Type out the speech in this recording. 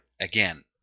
again